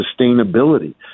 sustainability